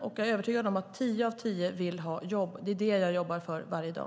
Och jag är övertygad om att tio av tio vill ha jobb. Det är det som jag jobbar för varje dag.